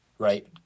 Right